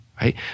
right